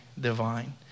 divine